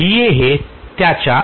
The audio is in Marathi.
मी त्या दोघांनाही बदलणार नाही